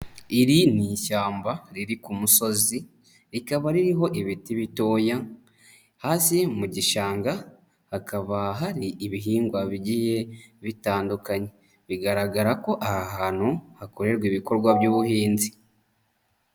Iri ni ishyamba riri ku musozi, rikaba ririho ibiti bitoya. Hasi mu gishanga hakaba hari ibihingwa bigiye bitandukanye, bigaragara ko aha hantu hakorerwa ibikorwa by'ubuhinzi.